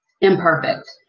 imperfect